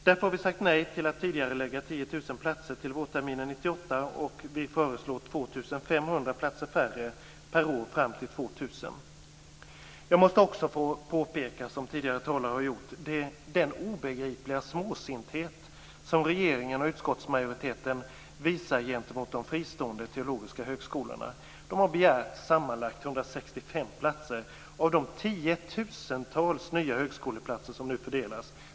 Därför har vi sagt nej till att tidigarelägga 10 000 Jag måste också få påpeka, som också tidigare talare har gjort, den obegripliga småsinthet som regeringen och utskottsmajoriteten visar gentemot de fristående teologiska högskolorna. De har begärt sammanlagt 165 platser av de tiotusentals nya högskoleplatser som nu fördelas.